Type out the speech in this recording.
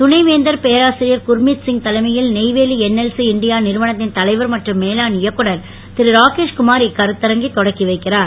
துணைவேந்தர் பேராசிரியர் குர்மீத் சிங் தலைமையில் நெய்வெலி என்எல்சி இண்டியா நிறுவனத்தின் தலைவர் மற்றும் மேலாண் இயக்குனர் திரு ராகேஷ் தமார் இக்கருதரங்கை தொடக்கி வைக்கிறார்